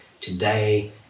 today